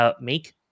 make